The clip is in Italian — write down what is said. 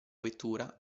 vettura